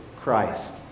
Christ